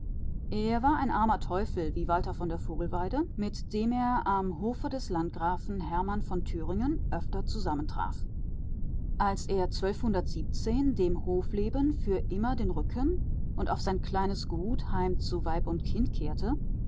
er war ein armer teufel wie walter von der vogelweide mit dem er am hofe des landgrafen von thüringen öfter zusammentraf als er dem hofleben für immer den rücken wandte und auf sein kleines gut heim zu weib und kind